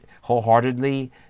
wholeheartedly